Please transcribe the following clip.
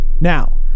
Now